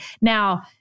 Now